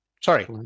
Sorry